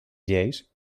lleis